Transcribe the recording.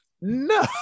No